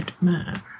man